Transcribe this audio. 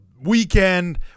Weekend